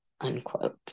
unquote